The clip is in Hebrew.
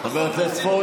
חבר הכנסת פורר,